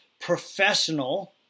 professional